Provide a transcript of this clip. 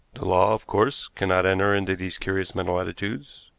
the law, of course, cannot enter into these curious mental attitudes.